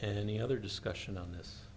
any other discussion on this